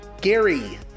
Gary